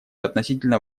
относительно